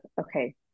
okay